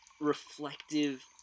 reflective